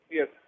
Yes